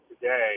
today